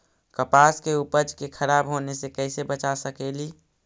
कपास के उपज के खराब होने से कैसे बचा सकेली?